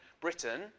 Britain